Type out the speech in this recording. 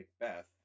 Macbeth